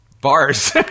bars